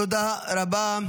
תודה רבה.